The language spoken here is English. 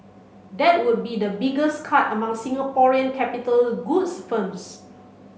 that would be the biggest cut among Singaporean capital goods firms